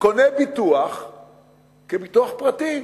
קונה ביטוח כביטוח פרטי.